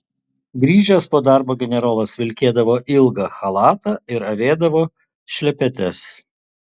grįžęs po darbo generolas vilkėdavo ilgą chalatą ir avėdavo šlepetes